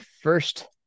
first